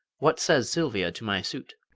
what says silvia to my suit?